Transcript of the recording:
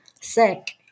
sick